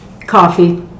Coffee